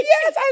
Yes